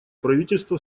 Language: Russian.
правительство